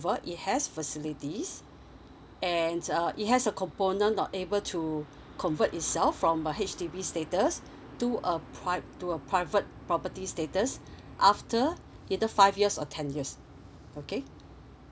it has facilities and uh it has a component not able to convert itself from a H_D_B status to a priv~ to a private property status after either five years or ten years okay